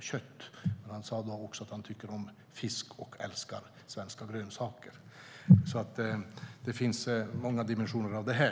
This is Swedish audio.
kött. Han sade då också att han tycker om fisk och älskar svenska grönsaker. Det finns alltså många dimensioner i detta.